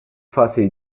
fase